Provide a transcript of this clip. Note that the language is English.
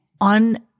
on